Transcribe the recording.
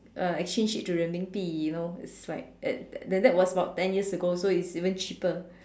uh exchange it to Renminbi you know it's like that that was like ten years ago so it was even cheaper